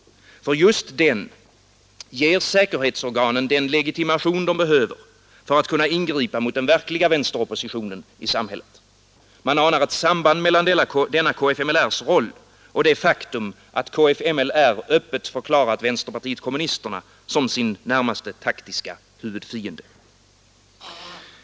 Just den ger säkerhetsorganen den legitimation de behöver för att kunna ingripa mot den verkliga vänsteroppositionen i samhället. Man anar ett samband mellan denna kfml:s roll och det faktum att kfml öppet förklarat vänsterpartiet kommunisterna som sin närmaste taktiska huvudfiende.